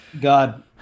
God